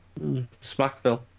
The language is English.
Smackville